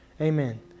Amen